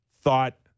thought